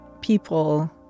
people